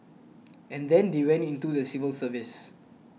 and then they went into the civil service